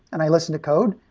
and i listen to code,